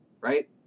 Right